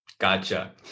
Gotcha